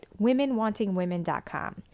womenwantingwomen.com